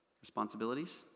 Responsibilities